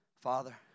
Father